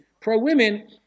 pro-women